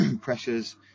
pressures